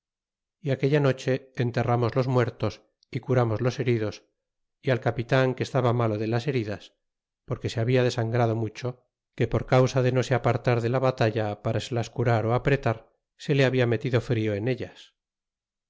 y aquella noche enterramos los muertos y curamos los heridos y al capitan que estaba malo de las heridas porque se habla desangrado mucho que por causa de no se apartar de la batalla para se las curar ó apretar se le habla metido frio en ellas